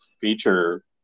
feature